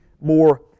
more